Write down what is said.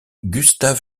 gustave